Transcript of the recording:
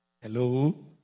Hello